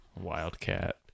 Wildcat